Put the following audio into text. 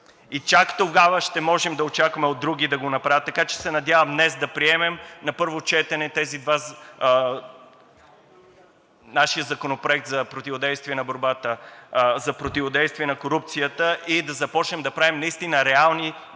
и чак тогава ще можем да очакваме от други да го направят. Така че се надявам днес да приемем на първо четене нашия Законопроект за противодействие на корупцията и да започнем да правим наистина реални действия